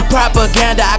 Propaganda